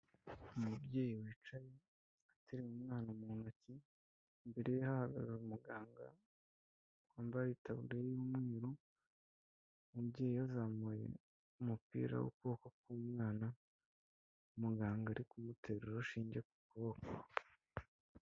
Umubyeyi wicaye ateruye umwana mu ntoki, imbere ye hahagaze umuganga wambaye itabuliya y'umweru, umubyeyi yazamuye umupira w'ukuboko k'umwana, muganga ari kumutera urushinge ku kuboko.